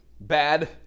Bad